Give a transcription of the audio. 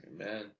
Amen